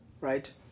Right